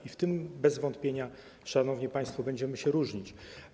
I tym bez wątpienia, szanowni państwo, będziemy się różnić.